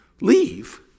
Leave